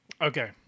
Okay